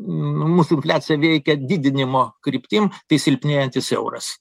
mūsų infliacija veikia didinimo kryptim tai silpnėjantis euras